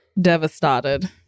devastated